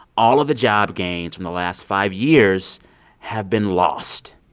all of the job gains from the last five years have been lost.